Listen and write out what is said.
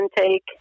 intake